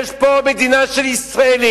יש פה מדינה של ישראלים,